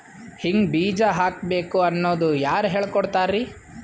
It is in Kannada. ಹಿಂಗ್ ಬೀಜ ಹಾಕ್ಬೇಕು ಅನ್ನೋದು ಯಾರ್ ಹೇಳ್ಕೊಡ್ತಾರಿ?